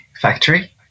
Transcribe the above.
factory